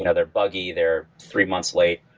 and they're buggy, they're three months late,